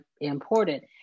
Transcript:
important